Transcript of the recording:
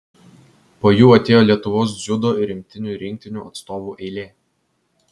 po jų atėjo lietuvos dziudo ir imtynių rinktinių atstovų eilė